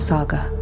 Saga